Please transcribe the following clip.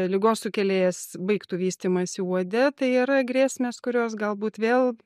ligos sukėlėjas baigtų vystymąsi uode tai yra grėsmės kurios galbūt vėl